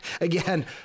Again